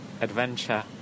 adventure